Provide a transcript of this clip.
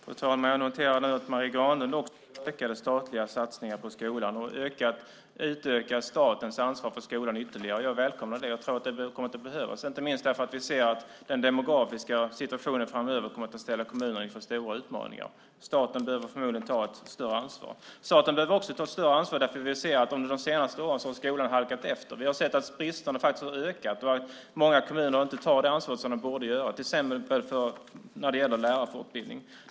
Fru talman! Jag noterar nu att Marie Granlund också vill ha ökade statliga satsningar på skolan och utöka statens ansvar för skolan ytterligare. Jag välkomnar det. Jag tror att det kommer att behövas, inte minst därför att vi ser att den demografiska situationen framöver kommer att ställa kommunerna inför stora utmaningar. Staten behöver förmodligen ta ett större ansvar. Staten behöver också ta ett större ansvar eftersom vi ser att skolan har halkat efter under de senaste åren. Bristerna har ökat, och många kommuner tar inte det ansvar som de borde göra, till exempel när det gäller lärarfortbildning.